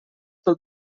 pel